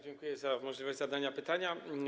Dziękuję za możliwość zadania pytania.